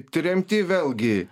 tremty vėlgi